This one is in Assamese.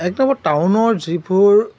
এক নম্বৰতে টাউনৰ যিবোৰ